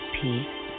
peace